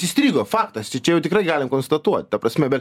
įstrigo faktas tai čia jau tikrai galim konstatuot ta prasme bet